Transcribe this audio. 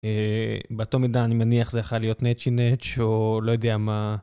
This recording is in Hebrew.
באותו מידה אני מניח זה יכול להיות נצ'י נ'צ או לא יודע מה.